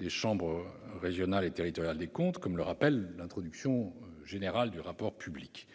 les chambres régionales et territoriales des comptes, les CRTC -, comme le rappelle l'introduction générale du rapport public.